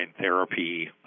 therapy